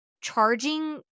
charging